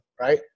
right